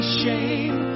shame